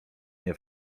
nie